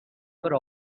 for